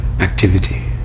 activity